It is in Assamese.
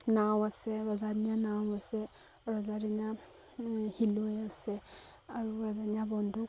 নাও আছে ৰজাদিনীয়া নাও আছে ৰজাদিনীয়া শিলৈ আছে আৰু ৰজাদিনীয়া বন্ধুক